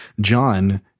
John